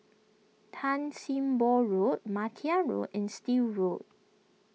Tan Sim Boh Road Martia Road and Still Road